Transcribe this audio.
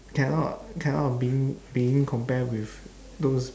cannot cannot being being compare with those